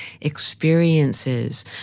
experiences